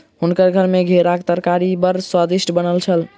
हुनकर घर मे घेराक तरकारी बड़ स्वादिष्ट बनल छल